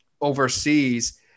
overseas